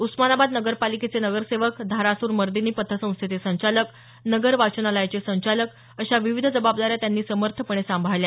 उस्मानाबाद नगरपालिकेचे नगरसेवक धारासूर मर्दिनी पतसंस्थेचे संचालक नगर वाचनालयाचे संचालक अशा विविध जबाबदाऱ्या त्यांनी समर्थपणे सांभाळल्या